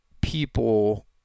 people